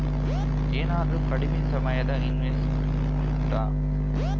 ಏನಾದರೂ ಕಡಿಮೆ ಸಮಯದ ಇನ್ವೆಸ್ಟ್ ಉಂಟಾ